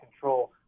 control